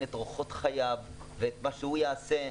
את אורחות חייו ואת מה שהוא יעשה.